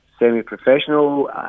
semi-professional